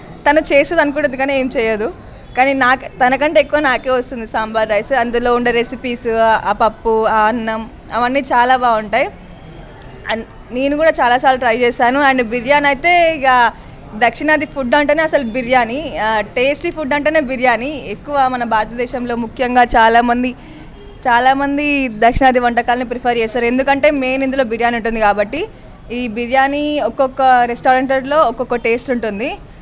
తను చేస్తుంది అనుకుంటది కానీ ఏమీ చేయదు కానీ నాకే తనకంటే ఎక్కువ నాకే వస్తుంది సాంబార్ రైస్ అందులో ఉండే రెసిపీస్ ఆ పప్పు ఆ అన్నం అవన్నీ చాలా బాగుంటాయి నేను కూడా చాలాసార్లు ట్రై చేశాను అండ్ బిర్యాని అయితే ఇక దక్షిణాది ఫుడ్ అంటేనే అసలు బిర్యాని టేస్టీ ఫుడ్ అంటేనే బిర్యాని ఎక్కువ మన భారతదేశంలో ముఖ్యంగా చాలామంది చాలామంది దక్షిణాది వంటకాలు ప్రిఫర్ చేస్తారు ఎందుకంటే మెయిన్ ఇందులో బిర్యాని ఉంటుంది కాబట్టి ఈ బిర్యానీ ఒక్కొక్క రెస్టారెంట్లో ఒక్కొక్క టేస్ట్ ఉంటుంది